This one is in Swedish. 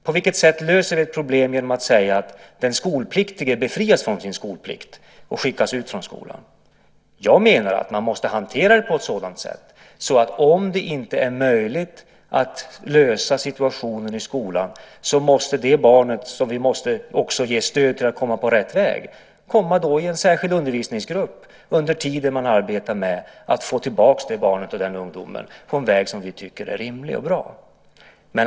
På vilket sätt löser vi ett problem genom att säga att den skolpliktige befrias från sin skolplikt och skickas ut från skolan? Jag menar att man måste hantera det på ett sådant sätt att om det inte är möjligt att lösa situationen i skolan måste barnet - som vi också måste stödja att komma på rätt väg - komma i en särskild undervisningsgrupp under den tid man arbetar med att få tillbaka barnet eller ungdomen på en väg som vi tycker är bra.